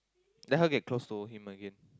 let her get close to him again